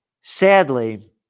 sadly